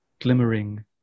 glimmering